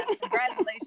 congratulations